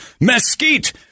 mesquite